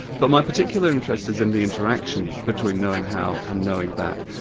but my particular interest is in the interaction between knowing how and knowing that.